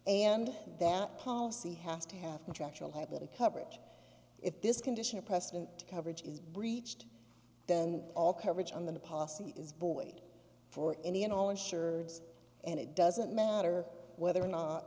and that policy has to have contractual habit of coverage if this condition precedent coverage is breached then all coverage on the new policy is boy for any and all insured and it doesn't matter whether or not